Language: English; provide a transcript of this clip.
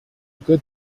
good